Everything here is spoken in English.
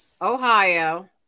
Ohio